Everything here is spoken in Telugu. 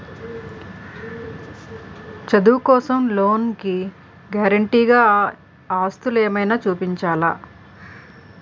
చదువు కోసం లోన్ కి గారంటే గా ఆస్తులు ఏమైనా చూపించాలా?